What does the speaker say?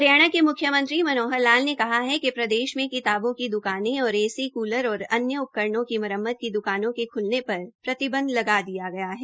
हरियाणा के मुख्यमंत्री श्री मनोहर लाल ने कहा है कि प्रदेश में किताबों की द्कानें और ए सी कूलर और अन्य उपकरणों की म्रम्मत की द्कानों के ख्लने पर प्रतिबंध लगा दिया गया है